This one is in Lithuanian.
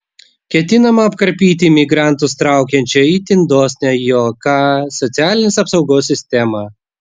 ketinama apkarpyti imigrantus traukiančią itin dosnią jk socialinės apsaugos sistemą